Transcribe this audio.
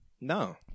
No